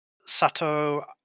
Sato